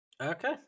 Okay